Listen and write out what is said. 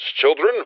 children